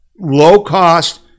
low-cost